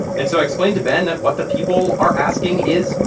and so i explained to ben that what the people are asking is,